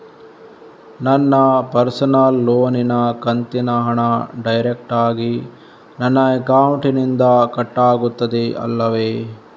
ನನ್ನ ಪರ್ಸನಲ್ ಲೋನಿನ ಕಂತಿನ ಹಣ ಡೈರೆಕ್ಟಾಗಿ ನನ್ನ ಅಕೌಂಟಿನಿಂದ ಕಟ್ಟಾಗುತ್ತದೆ ಅಲ್ಲವೆ?